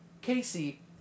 Casey